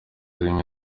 rimwe